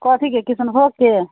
कथी के किशनभोगके